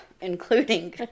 including